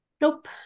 Nope